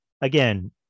again